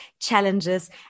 challenges